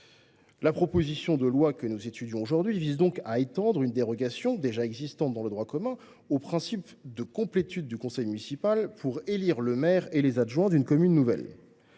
La proposition de loi que nous étudions aujourd’hui vise à étendre une dérogation, déjà présente dans le droit commun, au principe de complétude du conseil municipal pour élire le maire et les adjoints d’une commune nouvelle.